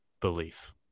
belief